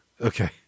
Okay